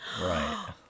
Right